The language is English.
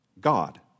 God